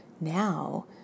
now